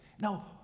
Now